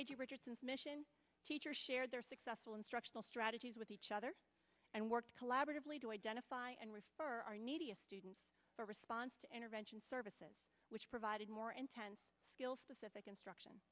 of richardson's mission teachers shared their successful instructional strategies with each other and worked collaboratively to identify and refer our neediest students for response to intervention services which provided more intense skills specific instruction